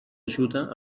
ajuda